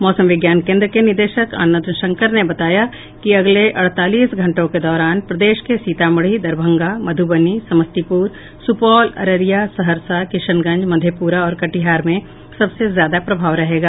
मौसम विज्ञान केंद्र के निदेशक आनंद शंकर ने बताया कि अगले अड़तालीस घंटों के दौरान प्रदेश के सीतामढ़ी दरभंगा मधुबनी समस्तीपुर सुपौल अररिया सहरसा किशनगंज मधेपुरा और कटिहार में सबसे ज्यादा प्रभाव रहेगा